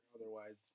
Otherwise